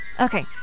Okay